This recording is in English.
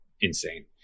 insane